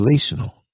relational